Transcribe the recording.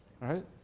right